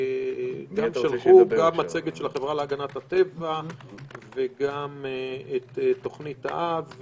גם מצגת של החברה להגנת הטבע וגם את תוכנית האב,